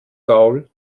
gaul